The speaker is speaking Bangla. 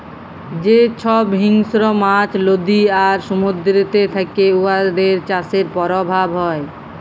যে ছব হিংস্র মাছ লদী আর সমুদ্দুরেতে থ্যাকে উয়াদের চাষের পরভাব হ্যয়